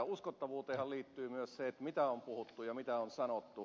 uskottavuuteenhan liittyy myös se mitä on puhuttu ja mitä on sanottu